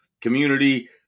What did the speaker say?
community